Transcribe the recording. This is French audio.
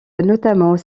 notamment